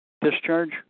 Discharge